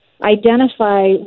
identify